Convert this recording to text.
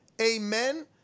amen